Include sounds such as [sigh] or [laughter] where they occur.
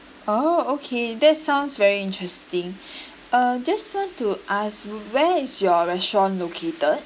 oh okay that sounds very interesting [breath] uh just want to ask where is your restaurant located